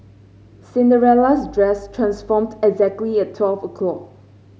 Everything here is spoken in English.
Cinderella's dress transformed exactly at twelve o'clock